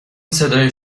صدای